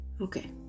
Okay